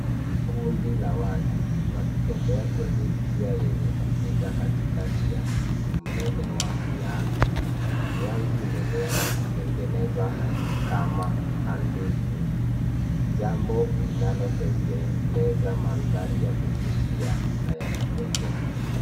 Ni kundi la watu wakitembea kwenye njia yenye kupita katikati ya msitu mnene wa mianzi. Mianzi imemea na kutengeneza kama handaki. Jambo linalotengeneza mandhari ya kuvutia na ya kipekee.